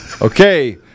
Okay